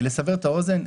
לסבר את האוזן,